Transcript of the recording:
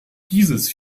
dieses